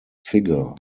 figure